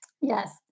Yes